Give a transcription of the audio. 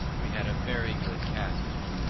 we had a very good passage,